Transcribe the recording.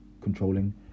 controlling